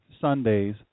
Sunday's